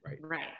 Right